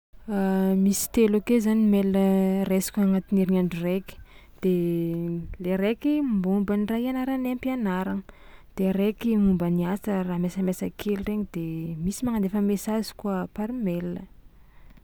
Misy telo ake zany mail raisiko agnatin'ny herignandro raiky de le raiky momba ny raha ianarana any am-pianaragna de raiky momba ny asa raha miasamiasa kely regny de misy magnandefa mesazy koa par mail.